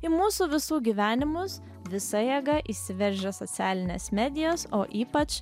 į mūsų visų gyvenimus visa jėga įsiveržė socialinės medijos o ypač